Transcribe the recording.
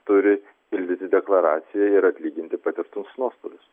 turi pildyti deklaraciją ir atlyginti patirtus nuostolius